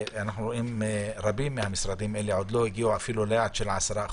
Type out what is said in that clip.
אנחנו רואים שרבים מהמשרדים האלה עוד לא הגיעו אפילו ליעד של 10%,